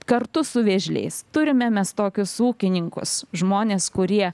kartu su vėžliais turime mes tokius ūkininkus žmones kurie